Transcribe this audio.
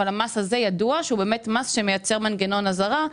המס הזה מייצר מנגנון אזהרה.